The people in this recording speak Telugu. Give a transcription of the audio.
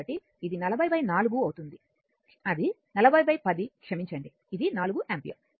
కాబట్టి ఇది 404 అవుతుంది అది 4010 క్షమించండి ఇది 4 యాంపియర్